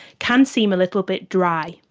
can seem a little bit dry.